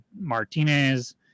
Martinez